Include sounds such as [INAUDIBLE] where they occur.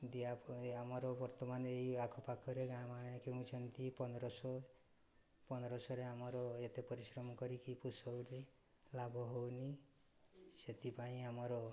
ଦିଆ [UNINTELLIGIBLE] ଆମର ବର୍ତ୍ତମାନ ଏଇ ଆଖପାଖରେ ଗାଁ ମାନେ କିଣୁଛନ୍ତି ପନ୍ଦରଶହ ପନ୍ଦରଶହରେ ଆମର ଏତେ ପରିଶ୍ରମ କରିକି ପୋଷୋଉନି ଲାଭ ହେଉନି ସେଥିପାଇଁ ଆମର